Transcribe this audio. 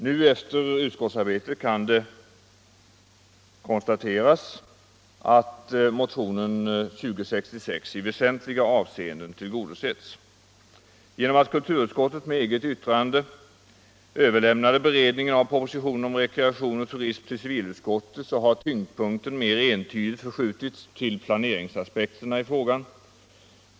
Nu efter utskottsarbetet kan det konstateras att motionen 2066 i väsentliga avseenden har tillgodosetts. Genom att kulturutskottet med eget yttrande till civilutskottet överlämnade beredningen av propositionen om rekreation och turism har tyngdpunkten mer entydigt förskjutits till planeringsaspekterna i frågan.